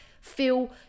feel